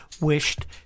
wished